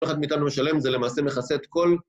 אף אחד מאיתנו משלם, זה למעשה מכסה את כל...